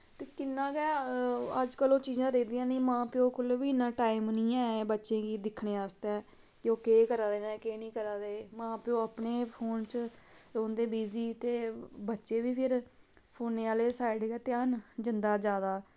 ते किन्ना गै अजकल ओह् चीज़ां रेह्दियां नी मा प्यो कोल बी इन्ना टाईम नी ऐ बच्चे गी दिक्खने आस्तै कि ओह् केह् करा दे नै केह् नेईं करादे मां प्यो अपने फोन च रौह्दे बिज़ी ते बच्चे बी फिर फोने आह्ली साइड गै ध्यान जंदा जादा